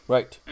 Right